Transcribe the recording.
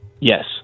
Yes